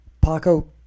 Paco